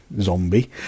zombie